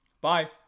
Bye